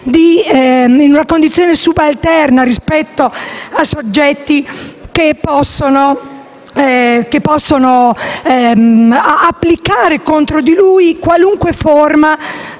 in una condizione subalterna rispetto a soggetti che possono applicare contro di lui qualunque forma